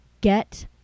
get